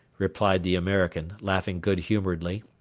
replied the american, laughing good-humouredly.